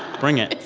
bring it.